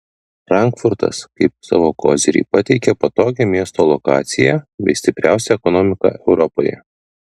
frankfurtas kaip savo kozirį pateikia patogią miesto lokaciją bei stipriausią ekonomiką europoje